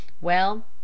Well